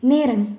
நேரம்